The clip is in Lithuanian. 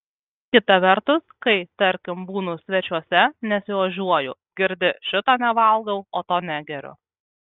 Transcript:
kita vertus kai tarkim būnu svečiuose nesiožiuoju girdi šito nevalgau o to negeriu